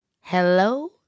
Hello